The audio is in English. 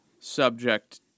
subject